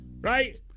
Right